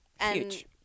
huge